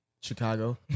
Chicago